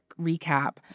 recap